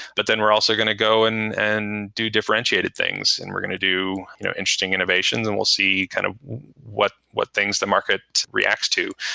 but then we're also going to go and and do differentiated things and we're going to do interesting innovations and we'll see kind of what what things the market reacts to.